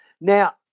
Now